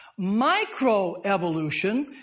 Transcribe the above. Microevolution